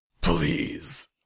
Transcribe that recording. Please